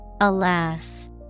Alas